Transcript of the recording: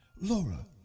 Laura